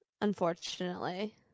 Unfortunately